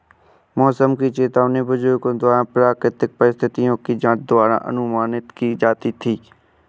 मौसम की चेतावनी बुजुर्गों द्वारा प्राकृतिक परिस्थिति की जांच द्वारा अनुमानित की जाती थी